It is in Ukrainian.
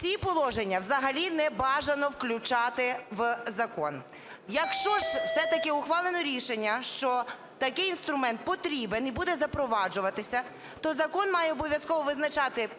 ці положення взагалі не бажано включати в закон. Якщо ж все-таки ухвалено рішення, що такий інструмент потрібен і буде запроваджуватися, то закон має обов'язково визначати: